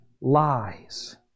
lies